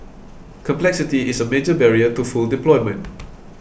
complexity is a major barrier to full deployment